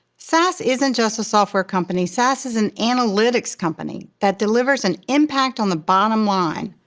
sas isn't just a software company. sas is an analytics company that delivers an impact on the bottom line.